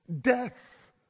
death